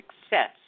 success